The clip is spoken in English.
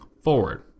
forward